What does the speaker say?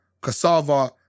cassava